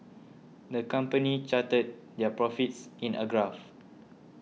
the company charted their profits in a graph